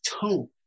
tone